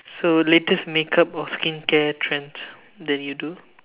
so latest make up or skincare trends that you do